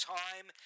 time